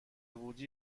بودی